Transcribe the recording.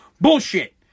Bullshit